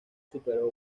superó